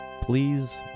Please